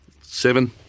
Seven